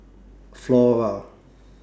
Flora